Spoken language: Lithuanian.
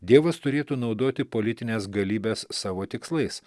dievas turėtų naudoti politines galybes savo tikslais